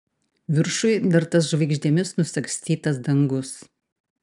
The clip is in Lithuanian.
viršuj dar tas žvaigždėmis nusagstytas dangus